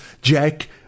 jack